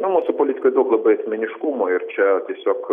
na mūsų politikoj daug labai asmeniškumo ir čia tiesiog